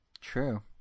True